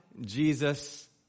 Jesus